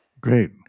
Great